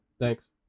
Thanks